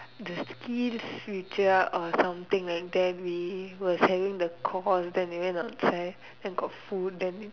the skills future or something like that we was having the call then we went outside then got food then